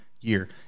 year